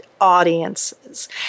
audiences